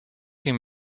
ging